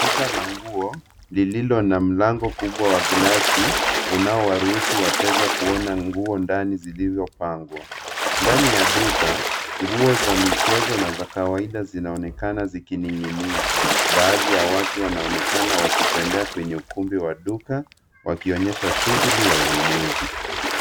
Duka la nguo lililo na mlango kubwa wa glasi unaowaruhusu wateja kuona nguo ndani zilizopangwa. Ndani ya duka, nguo za michezo na za kawaida zinaonekana zikining'inia. Baadhi ya watu wanaonekana wakitembea kwenye ukumbi wa duka wakionyesha shughuli ya ununuzi.